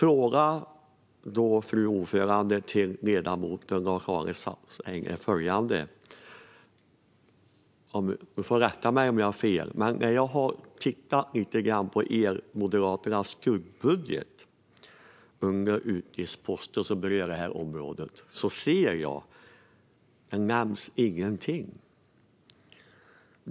Lars-Arne Staxäng får rätta mig om jag har fel, men under de utgiftsposter i Moderaternas skuggbudget som berör detta område nämns ingenting.